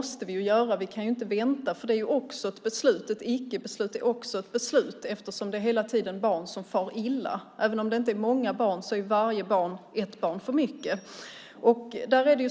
Vi kan inte vänta, för det är också ett beslut. Ett ickebeslut är också ett beslut, eftersom det hela tiden är barn som far illa. Även om de inte är många är varje barn ett barn för mycket.